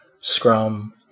Scrum